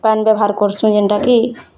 ପାନି ବ୍ୟବହାର୍ କରୁଛନ୍ ଯେନ୍ତା କି